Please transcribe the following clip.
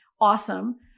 awesome